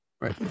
Right